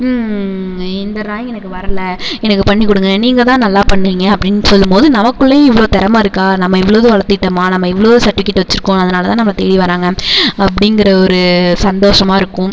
இந்த ட்ராயிங் எனக்கு வரல எனக்கு பண்ணிக் கொடுங்க நீங்கதான் நல்லா பண்ணுவீங்க அப்படின்னு சொல்லும்போது நமக்குள்ளையும் இவ்வளோ திறம இருக்கா நம்ம இவ்வளோது வளர்த்திட்டோமா நம்ம இவ்வளோது சர்ட்டிவிக்கேட் வச்சிருக்கோம் அதனால் தான் நம்மளை தேடி வராங்கள் அப்படிங்குற ஒரு சந்தோசமாக இருக்கும்